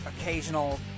occasional